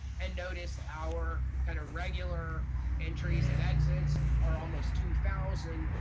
and notice our kind of regular entries and exits are almost two thousand,